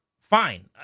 fine